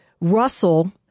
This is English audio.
Russell